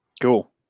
Cool